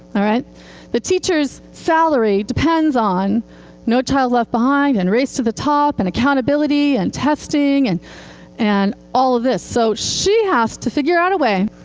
the teacher's salary depends on no child left behind and race to the top and accountability and testing and and all of this. so she has to figure out a way